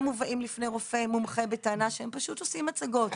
מובאים בפני רופא מומחה בטענה שהם פשוט עושים הצגות.